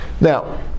Now